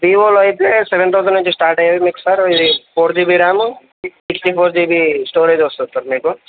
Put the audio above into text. వీవోలో అయితే seven thousand నుంచి start అయ్యేవి మీకు సార్ ఇది four GB RAM sixty four GB storage వస్తుంది సార్ మీకు